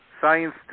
Science